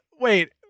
wait